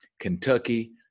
Kentucky